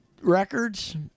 records